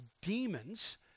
demons